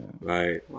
right